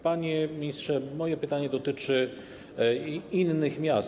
Panie ministrze, moje pytanie dotyczy innych miast.